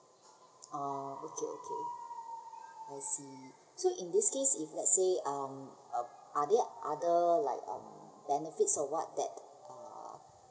ah okay okay I see so in this case if lets say um are there other like um benefits or want that uh